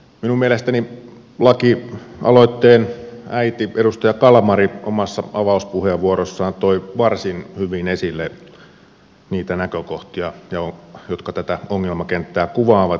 minun mielestäni lakialoitteen äiti edustaja kalmari omassa avauspuheenvuorossaan toi varsin hyvin esille niitä näkökohtia jotka tätä ongelmakenttää kuvaavat